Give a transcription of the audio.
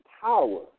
power